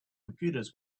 computers